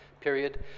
period